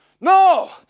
No